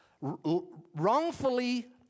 wrongfully